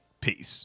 peace